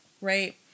Right